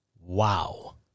Wow